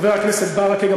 חבר הכנסת ברכה,